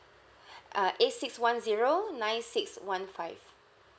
uh A six one zero nine six one five